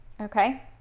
Okay